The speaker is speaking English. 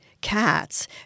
cats